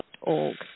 org